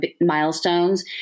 milestones